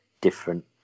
different